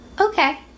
Okay